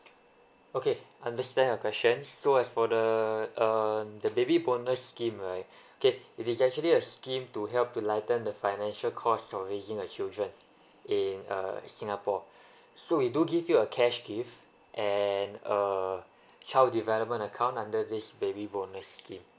okay understand your question so as for the uh the baby bonus scheme right okay it is actually a scheme to help to lighten the financial cost of raising a children in uh singapore so we do give you a cash gift and a child development account under this baby bonus scheme